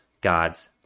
God's